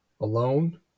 alone